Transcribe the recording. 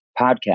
podcast